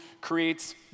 creates